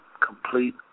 complete